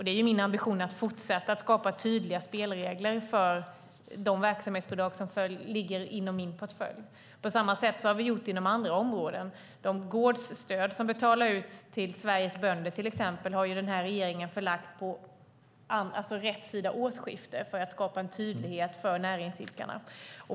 Det är min ambition att fortsätta att skapa tydliga spelregler för de verksamhetsbidrag som ligger inom min portfölj. På samma sätt har vi gjort inom andra områden. De gårdsstöd som betalas ut till Sveriges bönder till exempel har den här regeringen förlagt till rätt sida årsskiftet för att skapa en tydlighet för näringsidkarna.